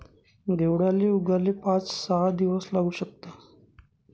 घेवडाले उगाले पाच सहा दिवस लागू शकतस